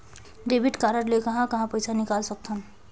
Debit card ले कहां कहां पइसा निकाल सकथन?